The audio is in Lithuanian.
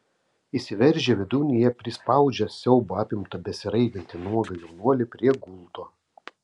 įsiveržę vidun jie prispaudžia siaubo apimtą besiraitantį nuogą jaunuolį prie gulto